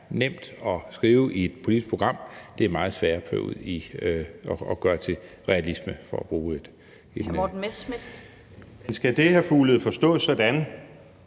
nemt at skrive i et politisk program, men meget sværere at gøre til realisme – for at bruge det